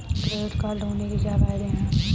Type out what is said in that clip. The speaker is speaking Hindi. क्रेडिट कार्ड होने के क्या फायदे हैं?